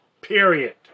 period